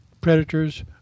predators